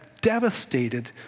devastated